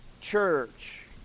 church